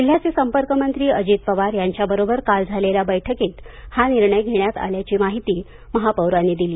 जिल्ह्याचे संपर्कमंत्री अजित पवार यांच्याबरोबर काल झालेल्या बैठकीत हा निर्णय घेण्यात आल्याची माहिती महापौरांनी दिली